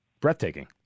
breathtaking